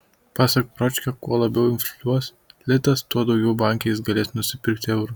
pasak pročkio kuo labiau infliuos litas tuo daugiau banke jis galės nusipirkti eurų